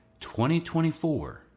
2024